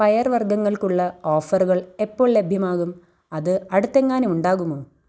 പയർ വർഗ്ഗങ്ങൾക്കുള്ള ഓഫറുകൾ എപ്പോൾ ലഭ്യമാകും അത് അടുത്തെങ്ങാനും ഉണ്ടാകുമോ